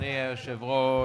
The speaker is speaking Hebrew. היושב-ראש,